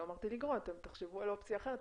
לא אמרתי לגרוט, תחשבו על אופציה אחרת.